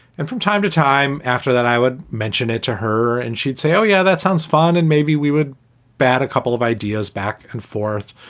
and from time to time after that, i would mention it to her and she'd say, oh, yeah, that sounds fun. and maybe we would bat a couple of ideas back and forth,